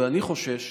ואני חושש